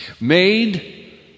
Made